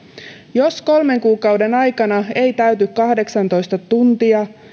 jos kolmen kuukauden aikana ei täyty kahdeksantoista tuntia